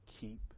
keep